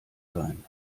sein